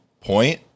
point